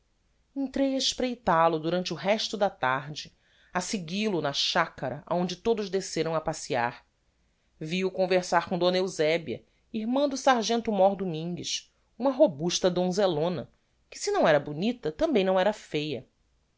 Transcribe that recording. entrei a espreital o durante o resto da tarde a seguil-o na chacara aonde todos desceram a passear vi-o conversar com d eusebia irmã do sargento mór domingues uma robusta donzellona que se não era bonita tambem não era feia